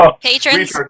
Patrons